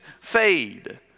fade